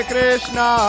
Krishna